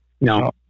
No